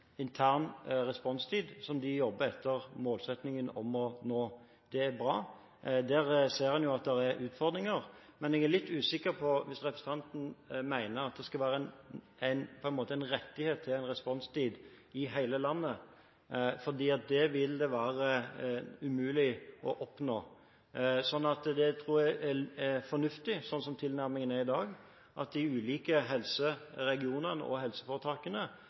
intern responstid som de jobber for å nå. Det er bra. Der ser en at det er utfordringer, men jeg er litt usikker om representanten mener at det skal være en rettighet til en viss responstid i hele landet, for det vil det være umulig å oppnå. Jeg tror det er fornuftig slik som tilnærmingen er i dag, at de ulike helseregionene og helseforetakene